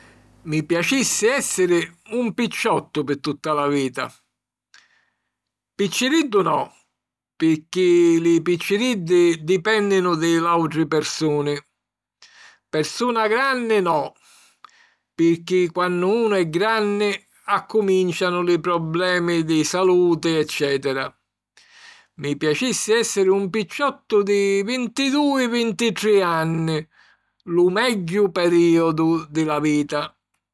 Mi piacissi èssiri un picciottu pi tutta la vita. Picciriddu no pirchì li picciriddi dipènninu di l'àutri persuni; persuna granni no, pirchì quannu unu è granni accumìncianu li problemi di saluti eccètera. Mi piacissi èssiri un picciottu di vintidui - vintrì anni: lu megghiu perìodu di la vita!